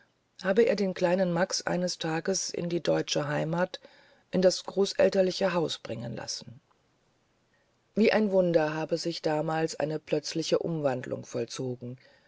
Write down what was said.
habe er den kleinen max eines tages in die deutsche heimat in das großelterliche haus bringen lassen wie ein wunder habe sich damals eine plötzliche umwandlung vollzogen